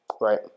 Right